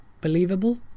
believable